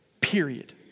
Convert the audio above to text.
period